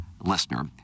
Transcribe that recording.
listener